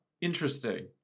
interesting